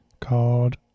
called